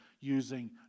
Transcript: using